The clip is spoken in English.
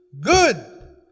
good